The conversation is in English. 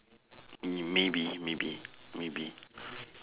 mm maybe maybe maybe